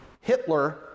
Hitler